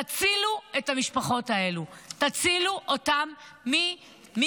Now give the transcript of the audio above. תצילו את המשפחות האלה, תצילו אותן מגירוש.